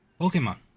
Pokemon